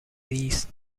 east